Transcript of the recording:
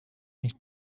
nicht